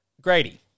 Grady